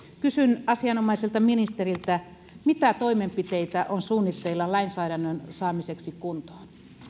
kysyn asianomaiselta ministeriltä mitä toimenpiteitä on suunnitteilla lainsäädännön saamiseksi kuntoon